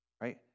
right